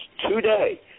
today